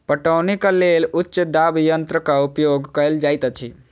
पटौनीक लेल उच्च दाब यंत्रक उपयोग कयल जाइत अछि